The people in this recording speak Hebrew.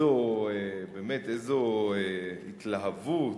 באמת, איזו התלהבות,